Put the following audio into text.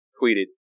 tweeted